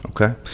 Okay